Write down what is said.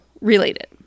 related